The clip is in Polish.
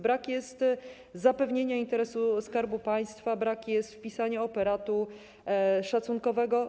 Brak jest zapewnienia interesu Skarbu Państwa, brak jest wpisania operatu szacunkowego.